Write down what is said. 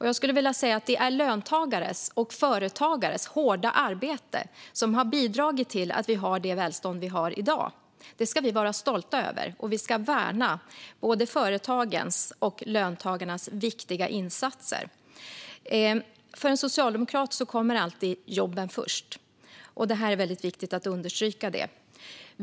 Jag skulle vilja säga att det är löntagares och företagares hårda arbete som har bidragit till att vi har det välstånd som vi har i dag. Det ska vi vara stolta över, och vi ska värna både företagens och löntagarnas viktiga insatser. För en socialdemokrat kommer jobben alltid först, och det är viktigt att understryka det.